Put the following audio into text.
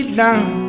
down